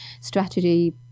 strategy